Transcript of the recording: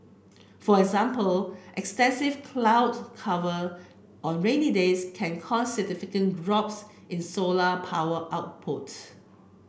for example extensive cloud cover on rainy days can cause significant drops in solar power output